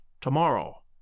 tomorrow